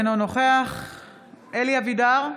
אינו נוכח אלי אבידר,